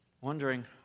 wondering